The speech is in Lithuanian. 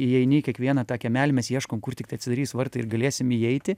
įeini į kiekvieną tą kiemelį mes ieškom kur tiktai atsidarys vartai ir galėsim įeiti